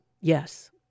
yes